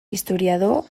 historiador